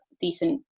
decent